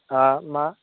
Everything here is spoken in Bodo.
हो मा